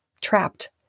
trapped